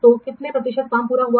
तो कितने प्रतिशत काम पूरा हुआ